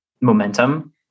momentum